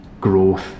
growth